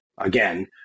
again